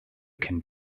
can